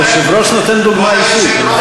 היושב-ראש נותן דוגמה אישית.